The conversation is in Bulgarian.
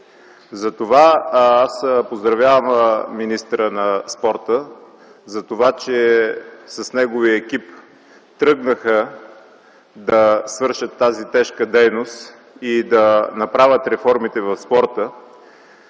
затова аз поздравявам министъра на спорта затова, че с неговия екип тръгнаха да свършат тази тежка дейност и да направят реформите в спорта.